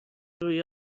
روی